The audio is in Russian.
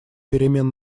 перемен